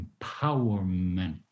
empowerment